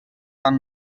van